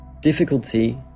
difficulty